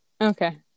Okay